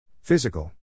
Physical